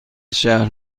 شهر